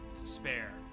despair